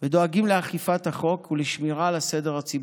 ודואגים לאכיפת החוק ולשמירה על הסדר הציבורי,